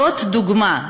זאת דוגמה.